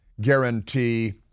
guarantee